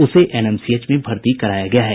उसे एनएमसीएच में भर्ती कराया गया है